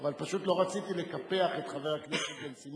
אבל פשוט לא רציתי לקפח את חבר הכנסת בן-סימון.